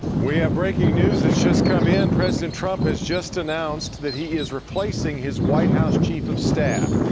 we have breaking news that's just come in. president trump has just announced that he is replacing his white house chief of staff.